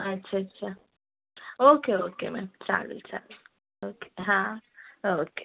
अच्छा अच्छा okay okay ma'am चालेल चालेल ओके हां ओके